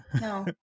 No